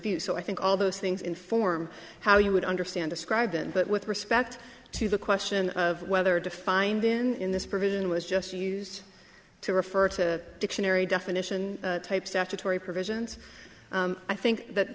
you so i think all those things inform how you would understand describe it but with respect to the question of whether defined in this provision was just used to refer to dictionary definition type statutory provisions i think that